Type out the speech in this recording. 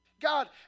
God